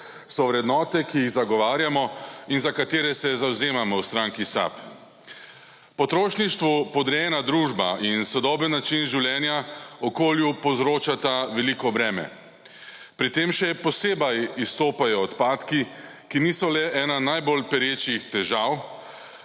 so vrednote, ki jih zagovarjamo in za katere se zavzemamo v stranki SAB. Potrošništvu podrejena družba in sodoben način življenja okolju povzročata veliko breme, pri tem še posebej izstopajo odpadki, ki niso le ena najbolj perečih težav